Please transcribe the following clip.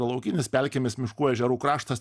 laukinis pelkinis miškų ežerų kraštas